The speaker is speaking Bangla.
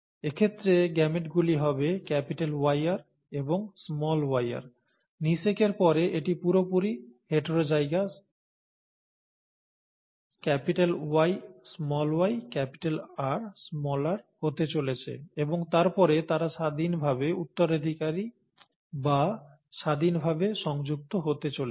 এক্ষেত্রে গেমেটগুলি হবে YR এবং yr নিষেকের পরে এটি পুরোপুরি হেটারোজাইগাস YyRr হতে চলেছে এবং তারপর তারা স্বাধীনভাবে উত্তরাধিকারী বা স্বাধীনভাবে সংযুক্ত হতে চলেছে